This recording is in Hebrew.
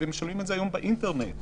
ומשלמים את זה באינטרנט היום.